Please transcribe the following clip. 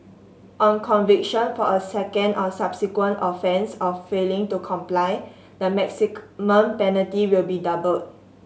on conviction for a second or subsequent offence of failing to comply the maximum penalty will be doubled